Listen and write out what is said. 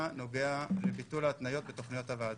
נוגע לביטול ההתניות בתוכניות הוועדה.